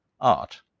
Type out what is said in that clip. art